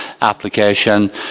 application